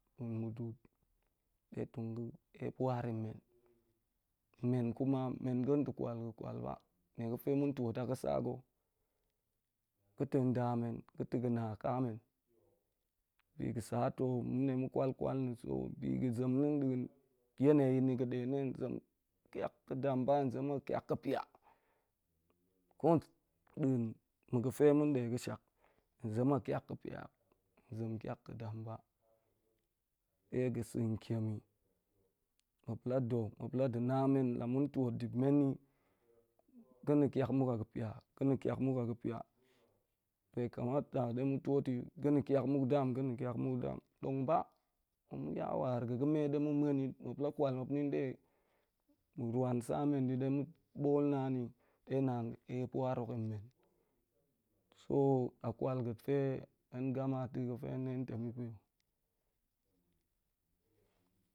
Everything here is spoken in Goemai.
Nmutuut ɗe tong ga̱ epwaryinmen, men kuma, men ga̱n da̱ kwal ɓa ga ta̱ nda men, ga̱ta̱ ga̱ na ka meo. Bi ga̱ sa ta̱ ma̱n ɗe ɗong ma̱ kwal kwalyi yeneyi na̱ ga̱ de na̱ nda̱a̱n he zem a kiak ga̱ dam mɓa henzene a tiak ga̱ pia. Ko-nda̱n ma̱ ga̱ fe ma̱n de ga̱ shak. Hen zem a tiak ga̱ pia, henzem tiak ja̱ dam ba ɗe ga̱ sa̱n tiemyi muop la do̱, muop a da̱ na men ɗipmenni, ga̱ ma tiakmue a ga̱ pia ga̱ ma tiakmue a ga̱ pia be kamata ɗema̱tuoti ga̱ tiakmuk dam ga̱na̱ tiak muk dam, dong ba tong ma̱ ya war ga̱ ga̱re ɗe ma̱ muop la kwal muor yan nɗe ma̱ ruan sa mundi de mo̱ ɓaa na'an ni ɗe na'an ga̱ ep'war yi nmen so, akwal ga̱ fe hen ga ma ta̱ ga̱fe